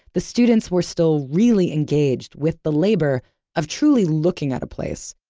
the students were still really engaged with the labor of truly looking at a place.